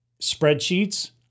spreadsheets